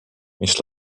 mis